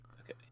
Okay